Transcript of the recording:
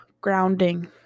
grounding